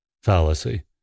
fallacy